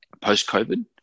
post-COVID